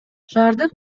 шаардык